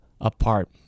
apart